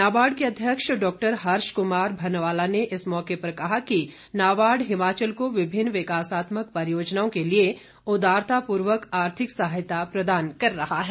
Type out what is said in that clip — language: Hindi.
नाबार्ड के अध्यक्ष डॉक्टर हर्ष कुमार भनवाला ने इस मौके पर कहा कि नाबार्ड हिमाचल को विभिन्न विकासात्मक परियोजनाओं के लिए उदारतापूर्वक आर्थिक सहायता प्रदान कर रहा है